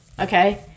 okay